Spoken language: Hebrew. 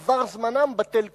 עבר זמנם בטל קורבנם.